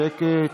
שקט,